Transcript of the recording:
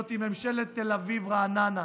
זאת ממשלת תל אביב-רעננה,